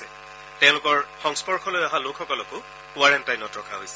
আনহাতে তেওঁলোকৰ সংস্পৰ্শলৈ অহা লোকসকলকো কোৱাৰেণ্টাইনত ৰখা হৈছে